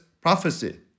prophecy